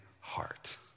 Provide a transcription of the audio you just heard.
heart